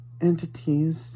entities